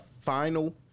final